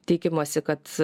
tikimasi kad